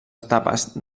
etapes